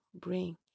bring